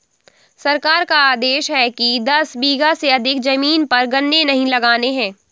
सरकार का आदेश है कि दस बीघा से अधिक जमीन पर गन्ने नही लगाने हैं